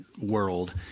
world